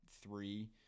three